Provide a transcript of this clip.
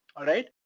alright?